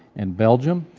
and belgium,